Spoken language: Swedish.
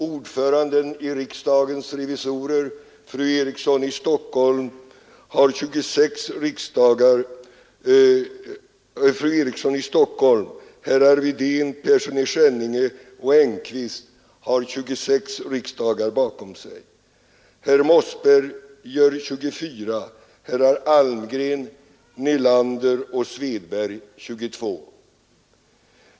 Ordföranden i riksdagens revisorer fru Eriksson i Stockholm, herrar Wedén, Persson i Skänninge och Engkvist har 26 riksdagar bakom sig, herr Mossberger 24, herrar Almgren, Nelander och Svedberg 22.